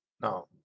Now